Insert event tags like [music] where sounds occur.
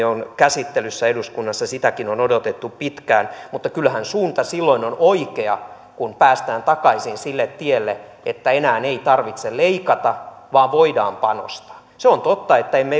[unintelligible] on käsittelyssä eduskunnassa sitäkin on odotettu pitkään mutta kyllähän suunta silloin on oikea kun päästään takaisin sille tielle että enää ei tarvitse leikata vaan voidaan panostaa se on totta että emme [unintelligible]